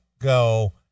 go